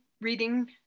reading